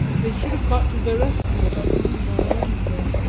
they should have got to veresti about noon on wednesday.